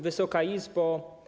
Wysoka Izbo!